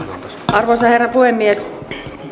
arvoisa herra puhemies